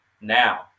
now